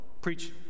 preach